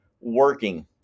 working